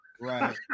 right